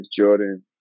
Jordan